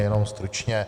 Jenom stručně.